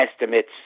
estimates